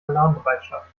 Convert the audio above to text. alarmbereitschaft